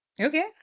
Okay